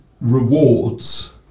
rewards